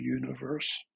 universe